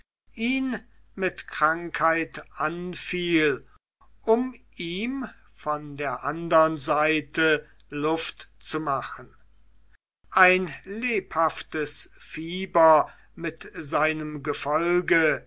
ihn mit krankheit anfiel um ihm von der andern seite luft zu machen ein lebhaftes fieber mit seinem gefolge